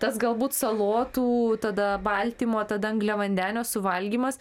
tas galbūt salotų tada baltymo tada angliavandenio suvalgymas